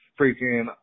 freaking